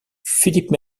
philippe